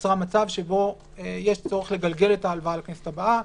יצר מצב שבו יש צורך לגלגל את ההלוואה לכנסת הבאה,